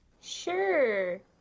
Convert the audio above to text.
Sure